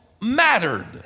mattered